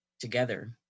together